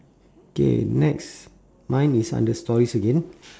K next mine is under stories again